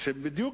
זה בדיוק